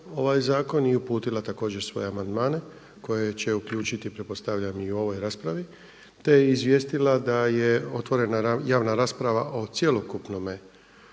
ovaj zakon i uputila također svoje amandmane koje će uključiti pretpostavljam i u ovoj raspravi te je izvijestila da je otvorena javna rasprava o cjelokupnome